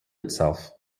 itself